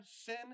sin